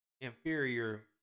inferior